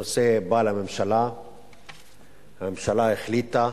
הנושא בא לממשלה והממשלה החליטה